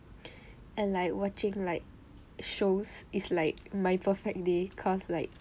and like watching like shows is like my perfect day cause like